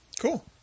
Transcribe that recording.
Cool